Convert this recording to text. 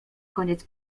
koniec